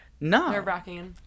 no